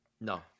No